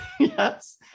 yes